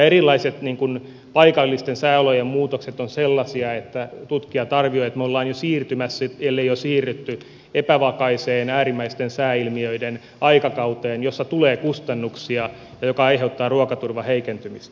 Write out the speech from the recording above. erilaiset paikallisten sääolojen muutokset ovat sellaisia että tutkijat arvioivat että me olemme jo siirtymässä ellemme ole jo siirtyneet epävakaiseen äärimmäisten sääilmiöiden aikakauteen jossa tulee kustannuksia ja joka aiheuttaa ruokaturvan heikentymistä